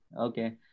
Okay